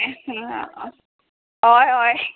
हय हय